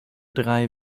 drei